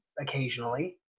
occasionally